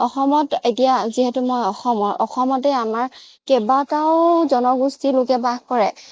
অসমত এতিয়া যিহেতু মই অসমৰ অসমতে আমাৰ কেবাটাও জনগোষ্ঠীৰলোকে বাস কৰে